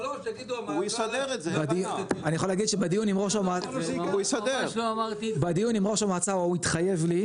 שלוש יגידו --- אני יכול להגיד שבדיון עם ראש המועצה הוא התחייב לי,